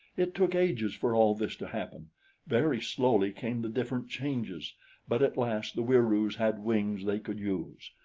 it took ages for all this to happen very slowly came the different changes but at last the wieroos had wings they could use.